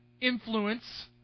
influence